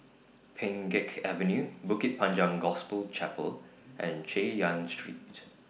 Pheng Geck Avenue Bukit Panjang Gospel Chapel and Chay Yan Street